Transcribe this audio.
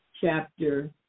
chapter